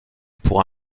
pour